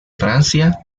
francia